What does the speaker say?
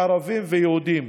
ערבים ויהודים.